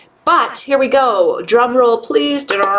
but here we go, drum roll, please.